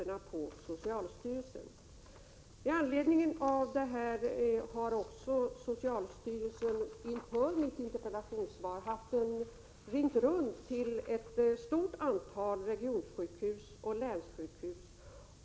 Därför har socialstyrelsen också inför mitt interpellationssvar ringt runt till ett stort antal regionsjukhus och länssjukhus.